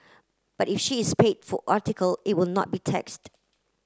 but if she is paid for article it would not be taxed